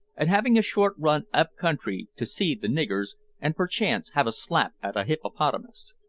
and having a short run up-country to see the niggers, and perchance have a slap at a hippopotamus.